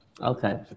Okay